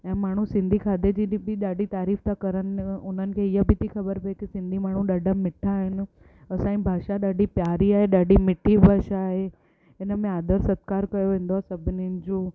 ऐं माण्हू सिंधी खाधे जी बि ॾाढी तारीफ़ ता कनि उन्हनि खे ईअ बि ति ख़बर पए की सिंधी माण्हू ॾाढा मिठा आइन असांजी भाषा ॾाढी प्यारी आहे ॾाढी मिठी भाषा आहे हिन में आदरु सतकारु कयो वेंदो आहे सभिनीनि जो